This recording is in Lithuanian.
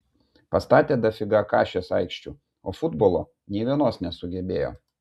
pastatė dafiga kašės aikščių o futbolo nei vienos nesugebėjo